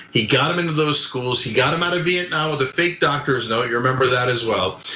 he got him into those schools. he got him out of vietnam with a fake doctor's note, you remember that as well.